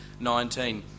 19